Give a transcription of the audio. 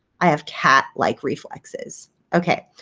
i have cat-like reflexes. okay.